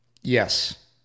Yes